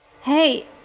Hey